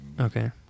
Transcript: Okay